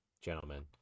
gentlemen